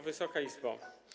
Wysoka Izbo!